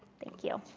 thank you.